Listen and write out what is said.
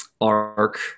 arc